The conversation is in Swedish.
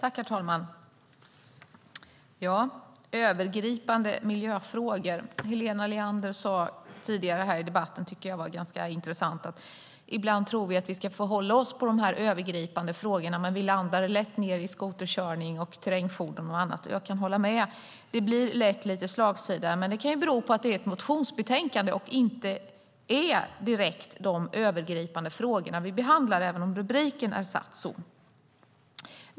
Herr talman! När det gäller övergripande miljöfrågor sade Helena Leander tidigare i debatten något som jag tycker var ganska intressant. Hon sade att ibland tror vi att vi ska få hålla oss till de här övergripande frågorna, men vi landar lätt i skoterkörning, terrängfordon och annat. Jag kan hålla med om det. Det blir lätt lite slagsida, men det kan bero på att det är ett motionsbetänkande och vi inte behandlar de övergripande frågorna även om rubriken är satt så.